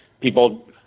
people